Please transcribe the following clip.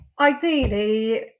ideally